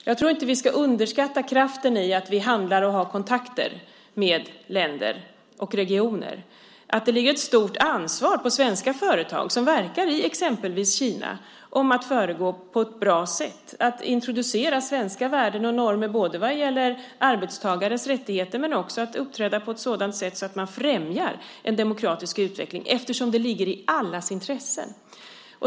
Jag tror inte att vi ska underskatta kraften i att vi handlar och har kontakter med länder och regioner. Det ligger ett stort ansvar på svenska företag som verkar i exempelvis Kina att agera på ett bra sätt och introducera svenska värden och normer vad gäller arbetstagares rättigheter men också uppträda på ett sådant sätt att man främjar en demokratisk utveckling, eftersom det ligger i allas intresse.